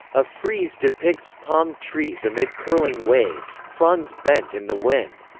a frieze depicts palm trees amid curling waves, fronds bent in the wind.